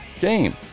game